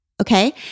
okay